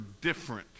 different